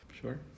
Sure